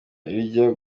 rijya